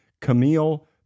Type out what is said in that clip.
Camille